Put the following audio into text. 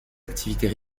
activités